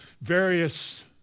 various